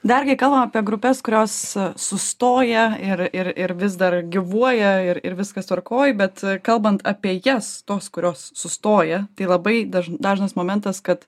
dar kai kalbam apie grupes kurios sustoja ir ir ir vis dar gyvuoja ir ir viskas tvarkoj bet kalbant apie jas tos kurios sustoja tai labai dažnai dažnas momentas kad